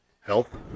Health